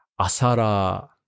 asara